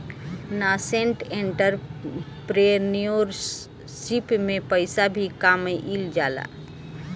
nascent entrepreneurship में पइसा भी कामयिल जाला